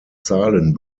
zahlen